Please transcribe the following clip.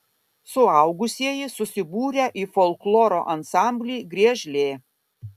suaugusieji susibūrę į folkloro ansamblį griežlė